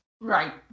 Right